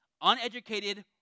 uneducated